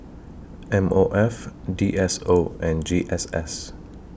M O F D S O and G S S